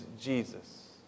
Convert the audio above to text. Jesus